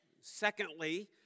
Secondly